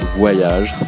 voyage